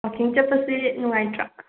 ꯋꯥꯛꯀꯤꯡ ꯆꯠꯄꯁꯦ ꯅꯨꯡꯉꯥꯏꯇ꯭ꯔꯥ